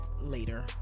later